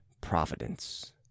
providence